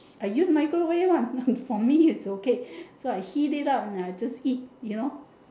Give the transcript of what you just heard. I use microwave one for me it's okay so I heat it up and I just eat you know